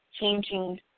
changing